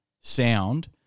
sound